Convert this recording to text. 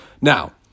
Now